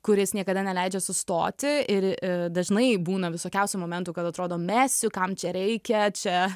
kuris niekada neleidžia sustoti ir dažnai būna visokiausių momentų kad atrodo mesiu kam čia reikia čia